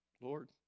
Lord